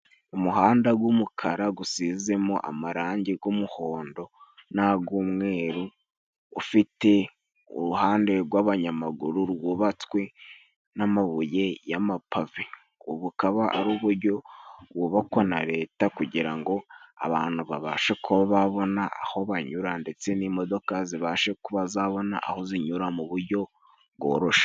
Umuhanda gw'umukara gusizemo amarangi g'umuhondo n'ag'umweru, ufite uruhande rw'abanyamaguru rwubatswe n'amabuye y'amapave. Ubu bukaba ari ubujyo bwubakwa na Leta kugira ngo abantu babashe kuba babona aho banyura, ndetse n'imodoka zibashe kuba zabona aho zinyura mu bujyo bworoshe.